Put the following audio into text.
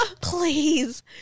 please